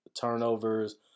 turnovers